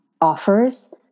offers